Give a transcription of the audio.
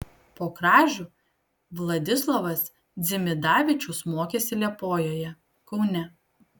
po kražių vladislovas dzimidavičius mokėsi liepojoje kaune